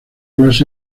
clases